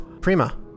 Prima